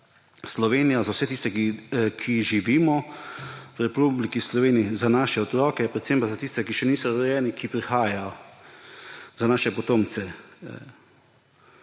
Slovenijo, za vse tiste, ki živimo v Republiki Sloveniji, za naše otroke, predvsem pa za tiste, ki še niso rojeni, ki prihajajo, za naše potomce.